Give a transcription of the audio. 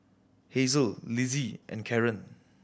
Hasel Lizzie and Karen